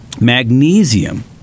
Magnesium